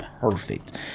perfect